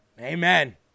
Amen